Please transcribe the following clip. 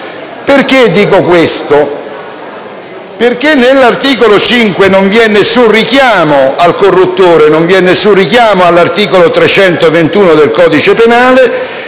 esteri. Dico questo perché nell'articolo 5 non vi è alcun richiamo al corruttore, non vi è alcun richiamo all'articolo 321 del codice penale,